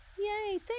yay